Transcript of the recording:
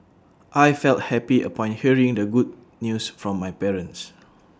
I felt happy upon hearing the good news from my parents